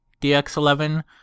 DX11